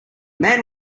man